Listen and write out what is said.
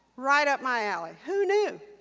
right up my alley. who knew?